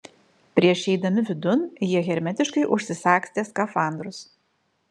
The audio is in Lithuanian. prieš įeidami vidun jie hermetiškai užsisagstė skafandrus